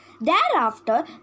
Thereafter